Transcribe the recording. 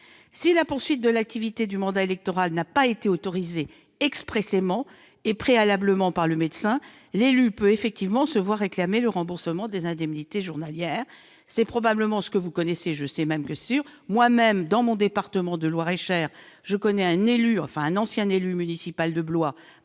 Si la poursuite de l'activité du mandat électoral n'a pas été autorisée expressément et préalablement par le médecin, l'élu peut effectivement se voir réclamer le remboursement des indemnités journalières. C'est probablement le cas que vous me soumettez. Absolument ! Moi-même, dans mon département, le Loir-et-Cher, je connaissais un élu municipal de Blois